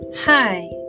hi